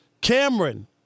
Cameron